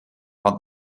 van